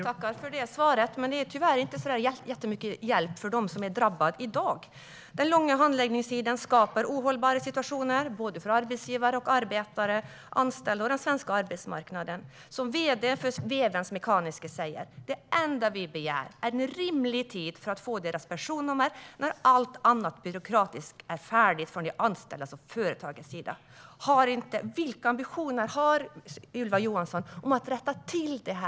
Herr talman! Jag tackar statsrådet för svaret, även om det tyvärr inte är till mycket hjälp för de drabbade. Den långa handläggningstiden skapar ohållbara situationer för arbetsgivare, arbetare och den svenska arbetsmarknaden. Som vd:n på Vevens Mekaniska säger: Det enda vi begär är att det ska ta rimlig tid att få deras personnummer när allt annat byråkratiskt är färdigt från de anställdas och företagets sida. Vilka ambitioner har Ylva Johansson att rätta till detta?